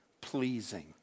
pleasing